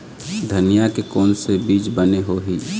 धनिया के कोन से बीज बने होही?